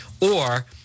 or-